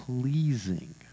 pleasing